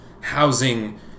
housing